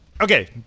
Okay